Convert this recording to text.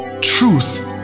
Truth